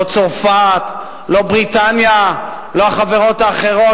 לא צרפת, לא בריטניה, לא החברות האחרות.